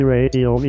Radio